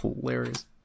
hilarious